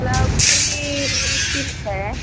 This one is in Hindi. लौकी तीस है